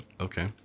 okay